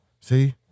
see